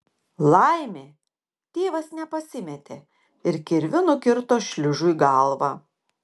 laimė tėvas nepasimetė ir kirviu nukirto šliužui galvą